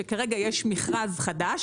שכרגע יש מכרז חדש,